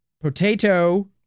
potato